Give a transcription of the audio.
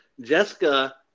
Jessica